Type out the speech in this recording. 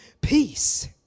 peace